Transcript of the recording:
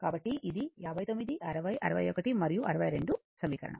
కాబట్టి ఇది 59 60 61 మరియు 62 సమీకరణం